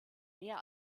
mehr